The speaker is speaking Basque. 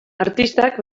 artistak